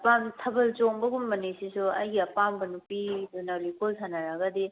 ꯊꯥꯕꯜ ꯆꯣꯡꯕꯒꯨꯝꯕꯅꯤ ꯁꯤꯁꯨ ꯑꯩꯒꯤ ꯑꯄꯥꯝꯕ ꯅꯨꯄꯤꯗꯨꯅ ꯂꯤꯛꯀꯣꯟ ꯁꯥꯟꯅꯔꯒꯗꯤ